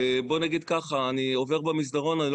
בואו נגיד ככה: אני עובר במסדרון ולא